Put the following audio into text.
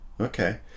okay